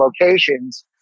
locations